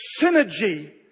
synergy